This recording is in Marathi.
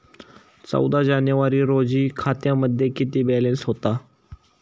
चौदा जानेवारी रोजी खात्यामध्ये किती बॅलन्स होता?